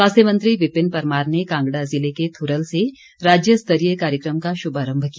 स्वास्थ्य मंत्री विपिन परमार ने कांगड़ा ज़िले के थुरल से राज्यस्तरीय कार्यक्रम का शुभारम्भ किया